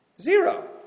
zero